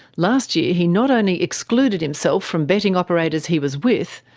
last year he not only excluded himself from betting operators he was with,